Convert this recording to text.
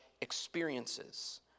experiences